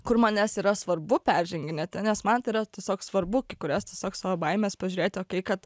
kur man jas yra svarbu perženginėti nes man tai yra tiesiog svarbu kurias tiesiog savo baimes pažiūrėti okei kad